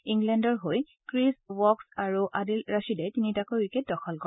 ইংলেণ্ডৰ হৈ Chris Woakes আৰু আদিল ৰাছিদে তিনিটাকৈ উইকেট দখল কৰে